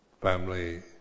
family